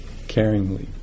caringly